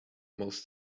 most